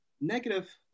negative